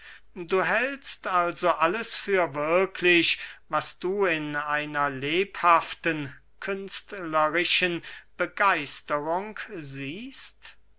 du hältst also alles für wirklich was du in einer lebhaften künstlerischen begeisterung siehest